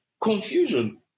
Confusion